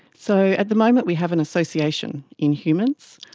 so at the moment we have an association in humans.